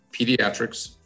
Pediatrics